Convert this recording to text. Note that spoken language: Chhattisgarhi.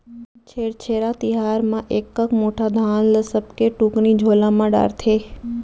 छेरछेरा तिहार म एकक मुठा धान ल सबके टुकनी झोला म डारथे